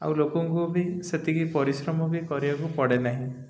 ଆଉ ଲୋକଙ୍କୁ ବି ସେତିକି ପରିଶ୍ରମ ବି କରିବାକୁ ପଡ଼େ ନାହିଁ